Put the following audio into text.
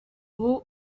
ubu